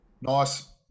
Nice